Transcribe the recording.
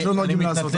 דבר שלא נוהגים לעשות.